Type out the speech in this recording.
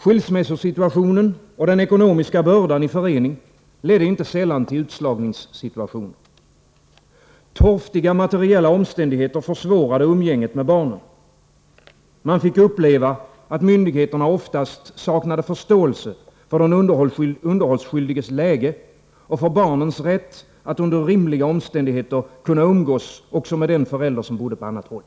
Skilsmässosituationen och den ekonomiska bördan i förening ledde inte sällan till utslagningssituationer. Torftiga materiella omständigheter försvårade umgänget med barnen. Man fick uppleva att myndigheterna oftast saknade förståelse för den underhållsskyldiges läge och för barnens rätt att under rimliga omständigheter kunna umgås också med den förälder som bodde på annat håll.